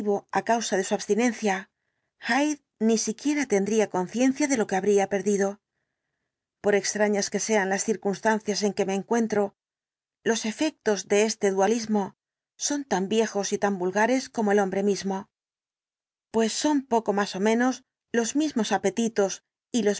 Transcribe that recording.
á causa de su abstinencia hyde ni siquiera tendría conciencia de lo que habría perdido por extrañas que sean las circunstancias en que me encuentro los efectos de este dualismo son tan viejos y tan vulgares como el hombre mismo pues son poco más ó menos los mismos apetitos y los